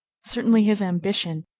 certainly his ambition,